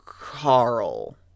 Carl